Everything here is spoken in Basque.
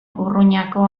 urruñako